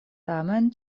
tamen